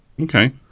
okay